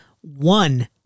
one